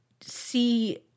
see